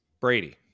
brady